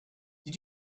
did